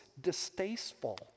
distasteful